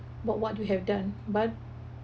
about what we have done but